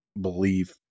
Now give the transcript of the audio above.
believe